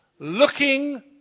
Looking